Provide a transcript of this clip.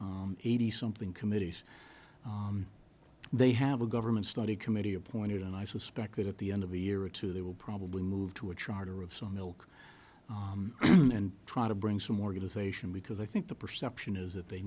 hundred eighty something committees they have a government study committee appointed and i suspect that at the end of a year or two they will probably move to a charter of some milk and try to bring some organization because i think the perception is that they